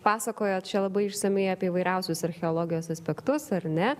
pasakojot čia labai išsamiai apie įvairiausius archeologijos aspektus ar ne